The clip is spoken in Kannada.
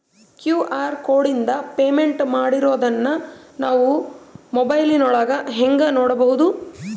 ಕ್ಯೂ.ಆರ್ ಕೋಡಿಂದ ಪೇಮೆಂಟ್ ಮಾಡಿರೋದನ್ನ ನಾವು ಮೊಬೈಲಿನೊಳಗ ಹೆಂಗ ನೋಡಬಹುದು?